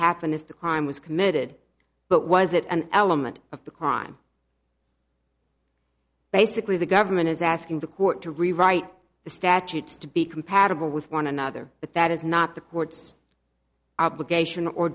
happen if the crime was committed but was it an element of the crime basically the government is asking the court to rewrite the statutes to be compatible with one another but that is not the court's obligation or